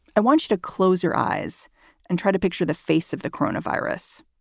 i want you to close your eyes and try to picture the face of the corona virus.